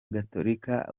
gatolika